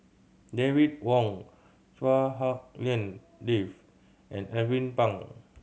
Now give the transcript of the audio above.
David Wong Chua Hak Lien Dave and Alvin Pang